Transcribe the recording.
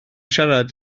siarad